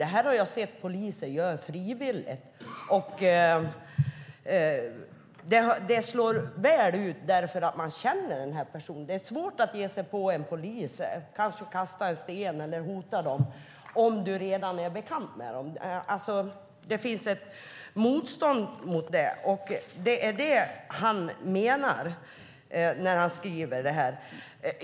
Det har jag sett poliser göra frivilligt, och det slår väl ut eftersom de lär känna de här personerna. Det är svårt att ge sig på poliser, kanske kasta en sten eller hota dem, om man redan är bekant med dem. Det finns ett motstånd mot det; det är det han menar.